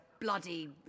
Bloody